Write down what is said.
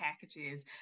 packages